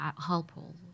helpful